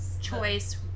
choice